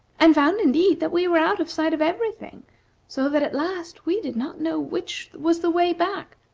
and found indeed that we were out of sight of every thing so that, at last, we did not know which was the way back,